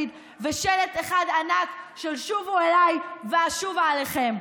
ושלט אחד ענק של "שובו אלי ואשובה אליכם".